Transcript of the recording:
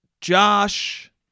Josh